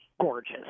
gorgeous